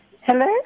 Hello